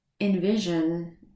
envision